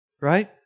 right